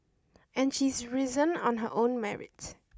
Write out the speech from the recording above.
and she's risen on her own merit